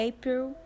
April